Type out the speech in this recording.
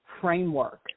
framework